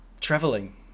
traveling